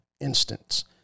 instance